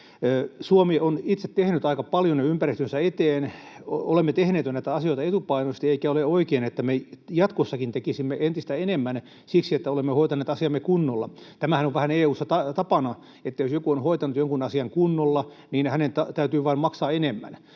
Suomi on itse tehnyt jo aika paljon ympäristönsä eteen. Olemme tehneet näitä asioita jo etupainotteisesti, eikä ole oikein, että me jatkossakin tekisimme entistä enemmän siksi, että olemme hoitaneet asiamme kunnolla. Tämähän on vähän EU:ssa tapana, että jos joku on hoitanut jonkun asian kunnolla, niin hänen täytyy vain maksaa enemmän.